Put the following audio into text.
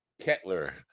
Kettler